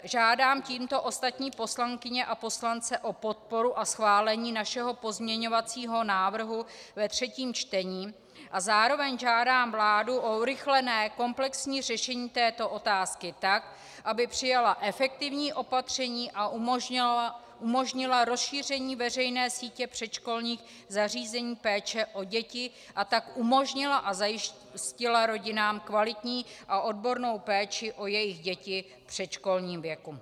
Žádám tímto ostatní poslankyně a poslance o podporu a schválení našeho pozměňovacího návrhu ve třetím čtení a zároveň žádám vládu o urychlené komplexní řešení této otázky tak, aby přijala efektivní opatření a umožnila rozšíření veřejné sítě předškolních zařízení péče o děti, a tak umožnila a zajistila rodinám kvalitní a odbornou péči o jejich děti v předškolním věku.